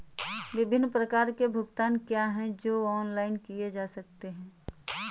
विभिन्न प्रकार के भुगतान क्या हैं जो ऑनलाइन किए जा सकते हैं?